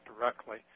directly